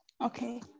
Okay